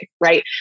right